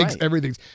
everything's